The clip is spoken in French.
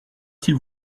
s’il